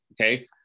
okay